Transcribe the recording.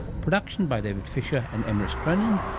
production by david fisher and emrys cronin.